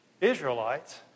Israelites